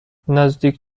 نزدیک